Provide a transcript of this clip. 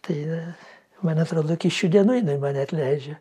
tai man atrodo iki šių dienų jinai man neatleidžia